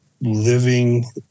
living